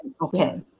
Okay